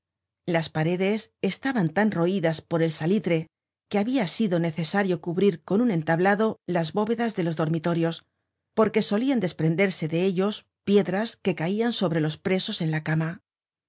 las paredes estaban tan roidas por el salitre que habia sido necesario cubrir con un entablado las bóvedas de los dormitorios porque solian desprenderse de ellos piedras que caian sobre los presos en la cama